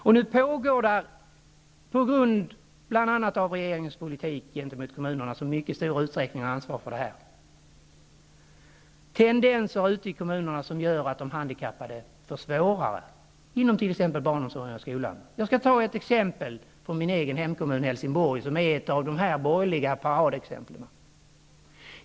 Bl.a. på grund av regeringens politik gentemot kommunerna, som i mycket stor utsträckning har ansvaret för det här, finns nu ute i kommunerna tendenser som gör att de handikappade får det svårare inom t.ex. barnomsorgen och skolan. Jag skall ta ett exempel från min egen hemkommun, Helsingborg, som är ett av de borgerliga paradexemplen.